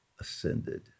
ascended